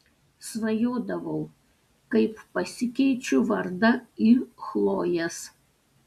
svajodavau kaip pasikeičiu vardą į chlojės